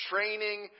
Training